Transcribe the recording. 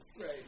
Right